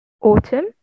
autumn